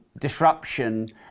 disruption